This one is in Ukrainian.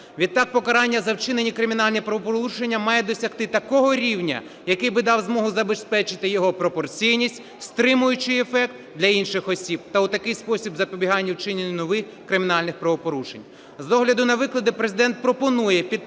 Відтак покарання за вчинені кримінальні правопорушення має досягти такого рівня, який би дав змогу забезпечити його пропорційність, стримуючий ефект для інших осіб та у такий спосіб запобіганню вчиненню нових кримінальних правопорушень. З огляду на викладене, Президент пропонує підпункт